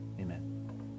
Amen